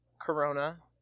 corona